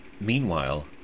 Meanwhile